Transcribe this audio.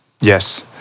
Yes